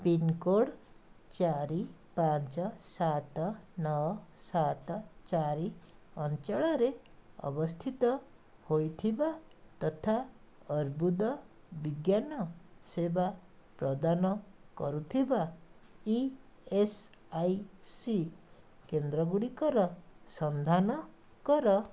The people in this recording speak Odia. ପିନ୍କୋଡ଼୍ ଚାରି ପାଞ୍ଚ ସାତ ନଅ ସାତ ଚାରି ଅଞ୍ଚଳରେ ଅବସ୍ଥିତ ହୋଇଥିବା ତଥା ଅର୍ବୁଦ ବିଜ୍ଞାନ ସେବା ପ୍ରଦାନ କରୁଥିବା ଇ ଏସ୍ ଆଇ ସି କେନ୍ଦ୍ରଗୁଡ଼ିକର ସନ୍ଧାନ କର